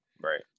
Right